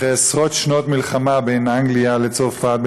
אחרי עשרות שנות מלחמה בין אנגליה לצרפת,